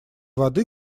воды